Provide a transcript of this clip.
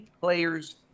players